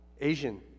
Asian